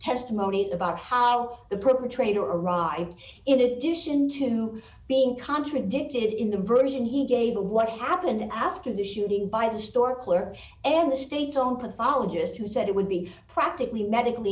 testimony about how the perpetrator arrived in addition to being contradicted in the brewery and he gave a what happened after the shooting by the store clerk and the state's own pathologist who said it would be practically medically